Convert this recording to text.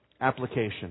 application